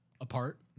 apart